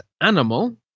Animal